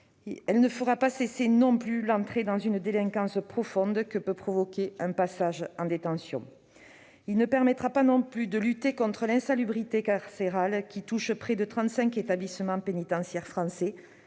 Elle n'empêchera pas non plus l'entrée dans une délinquance profonde que peut provoquer un passage en détention. Elle ne permettra pas non plus de lutter contre l'insalubrité carcérale, qui touche près de trente-cinq établissements pénitentiaires français,